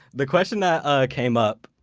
the question that ah came up,